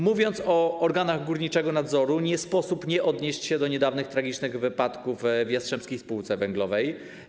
Mówiąc o organach górniczego nadzoru, nie sposób nie odnieść się do niedawnych tragicznych wypadków w Jastrzębskiej Spółce Węglowej.